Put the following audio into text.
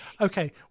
Okay